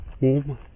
warm